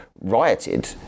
rioted